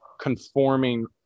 conforming